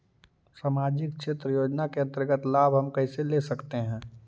समाजिक क्षेत्र योजना के अंतर्गत लाभ हम कैसे ले सकतें हैं?